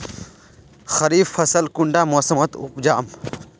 खरीफ फसल कुंडा मोसमोत उपजाम?